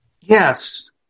Yes